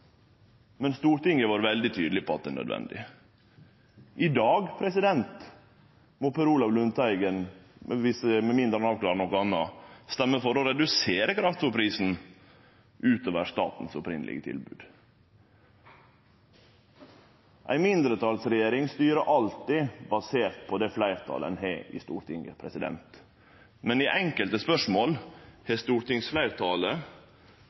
men Stortinget har vore veldig tydeleg på at det er nødvendig. I dag må Per Olaf Lundteigen, med mindre han avklarar noko anna, stemme for å redusere kraftfôrprisen utover det opphavlege tilbodet frå staten. Ei mindretalsregjering styrer alltid basert på det fleirtalet ein har i Stortinget, men i enkelte spørsmål